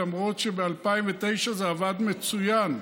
למרות שב-2009 זה עבד מצוין.